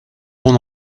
bon